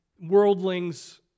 worldlings